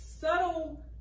subtle